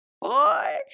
boy